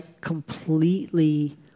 completely